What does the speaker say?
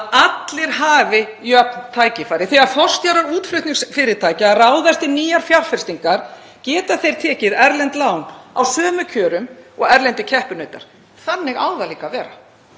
allir hafi jöfn tækifæri. Þegar forstjórar útflutningsfyrirtækja ráðast í nýjar fjárfestingar geta þeir tekið erlend lán á sömu kjörum og erlendir keppinautar. Þannig á það líka að vera.